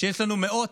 שיש לנו מאות